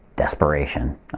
Desperation